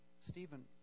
Stephen